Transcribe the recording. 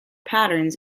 patterns